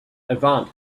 avant